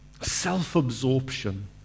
self-absorption